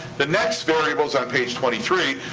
the next variable is on page twenty three,